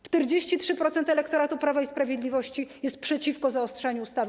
43% elektoratu Prawa i Sprawiedliwości jest przeciwko zaostrzaniu ustawy.